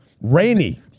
rainy